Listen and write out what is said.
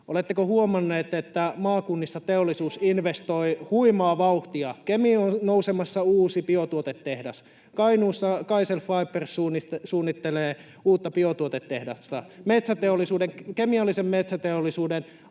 Oletteko huomanneet, että maakunnissa teollisuus investoi huimaa vauhtia? [Välihuuto perussuomalaisten ryhmästä] Kemiin on nousemassa uusi biotuotetehdas, Kainuussa KaiCell Fibers suunnittelee uutta biotuotetehdasta — kemiallisesta metsäteollisuudesta